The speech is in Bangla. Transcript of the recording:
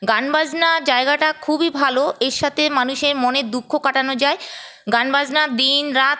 গান বাজনার জায়গাটা খুবই ভালো এর সাথে মানুষের মনের দুঃখ কাটানো যায় গান বাজনা দিনরাত